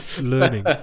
learning